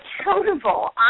accountable